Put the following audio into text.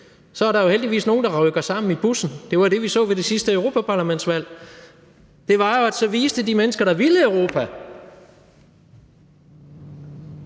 så er der jo heldigvis nogle, der rykker sammen i bussen. Det var det, vi så ved det sidste europaparlamentsvalg. Det var jo, at de mennesker, der ville Europa,